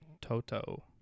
toto